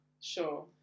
Sure